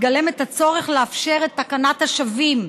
מגלם את הצורך לאפשר את תקנת השבים,